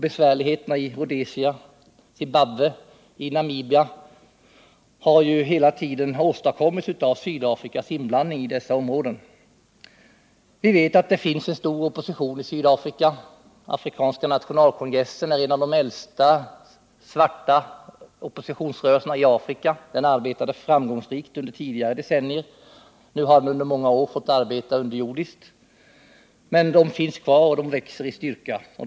Besvärligheterna i Rhodesia/Zimbabwe och Namibia har ju hela tiden åstadkommits av Sydafrikas inblandning i dessa områden. Vi vet att det finns en stor opposition i Sydafrika. Afrikanska nationalkongressen är en av de äldsta svarta oppositionsrörelserna i Afrika. Den arbetade framgångsrikt under tidigare decennier. Nu har den under många år fått arbeta underjordiskt, men rörelsen finns kvar och växer i styrka.